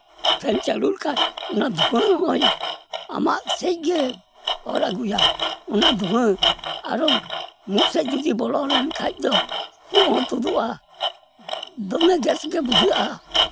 fan ᱪᱟᱹᱞᱩ ᱞᱮᱠᱷᱟᱡ ᱱᱚᱣᱟ ᱫᱷᱩᱣᱟᱹ ᱦᱚᱭ ᱟᱢᱟᱜ ᱥᱮᱫ ᱜᱮᱭ ᱚᱨ ᱟᱹᱜᱩᱭᱟ ᱚᱱᱟ ᱫᱷᱩᱣᱟᱹ ᱟᱨᱚ ᱢᱩ ᱥᱮᱡ ᱡᱩᱫᱤ ᱵᱚᱞᱚ ᱞᱮᱱᱠᱷᱟᱡ ᱫᱚ ᱞᱷᱩᱜ ᱦᱚᱸ ᱛᱩᱫᱩᱜᱼᱟ ᱫᱚᱢᱮ ᱜᱮᱥᱜᱮ ᱵᱩᱡᱷᱟᱹᱜᱼᱟ